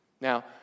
Now